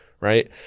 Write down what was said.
right